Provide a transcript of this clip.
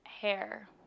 hair